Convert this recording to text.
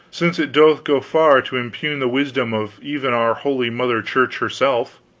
since it doth go far to impugn the wisdom of even our holy mother church herself.